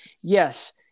yes